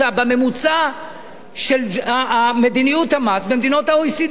בממוצע של מדיניות המס במדינות ה-OECD.